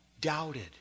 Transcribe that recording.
doubted